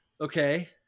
Okay